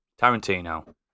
Tarantino